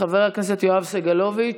חבר הכנסת יואב סגלוביץ'